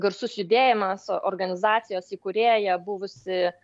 garsus judėjimas organizacijos įkūrėja buvusi